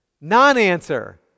Non-answer